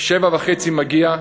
השעה 19:30 מגיעה,